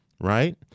right